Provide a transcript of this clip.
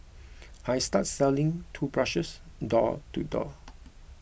I started selling toothbrushes door to door